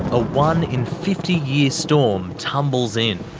a one in fifty year storm tumbles in.